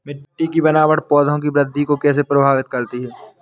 मिट्टी की बनावट पौधों की वृद्धि को कैसे प्रभावित करती है?